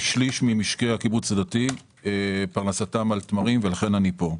כשליש ממשקי הקיבוץ הדתי פרנסתם על תמרים ולכן אני פה.